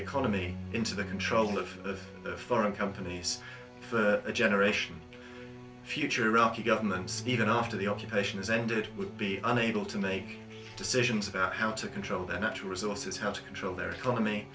economy into the control of foreign companies for a generation future iraqi government even after the occupation has ended would be unable to make decisions about how to control their natural resources how to control their economy